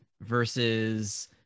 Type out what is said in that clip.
versus